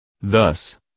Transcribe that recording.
Thus